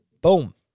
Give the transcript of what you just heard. Boom